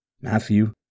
Matthew